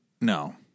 No